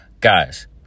Guys